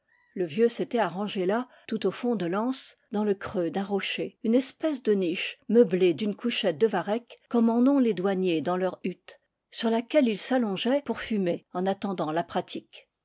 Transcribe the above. le vieux s'était arrangé là tout au fond de l'anse dans le creux d'un rocher une espèce de niche meublée d'une couchette de varech comme en ont les douaniers dans leurs huttes sur laquelle il s'allongeait pour fumer en attendant la pratique